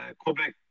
Quebec